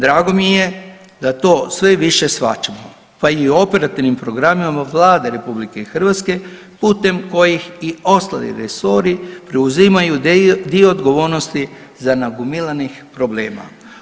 Drago mi je da to sve više shvaćamo, pa i u operativnim programima Vlade RH putem kojih i ostali resori preuzimaju dio odgovornosti za nagomilanih problema.